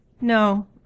No